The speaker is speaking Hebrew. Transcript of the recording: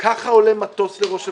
ככה עולה מטוס לראש הממשלה.